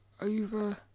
over